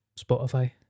Spotify